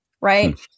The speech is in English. right